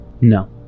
No